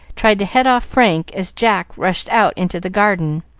tried to head off frank as jack rushed out into the garden.